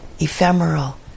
Ephemeral